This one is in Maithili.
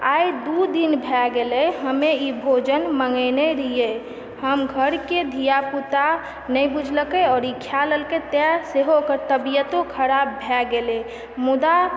आइ दू दिन भए गेलै हमे ई भोजन मङ्गेने रहियै हम घर के धिया पुता नइ बुझलकै आओर ई खा लेलकै तऽ सेहो एकर तबियतो खराब भए गेलै मुदा